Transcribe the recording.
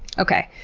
okay.